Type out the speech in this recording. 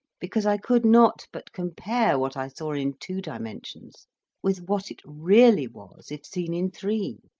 because i could not but compare what i saw in two dimensions with what it really was if seen in three,